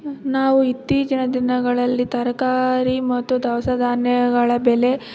ನಾವು ಇತ್ತೀಚಿನ ದಿನಗಳಲ್ಲಿ ತರಕಾರಿ ಮತ್ತು ದವಸ ಧಾನ್ಯಗಳ ಬೆಲೆ